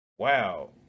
wow